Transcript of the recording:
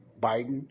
Biden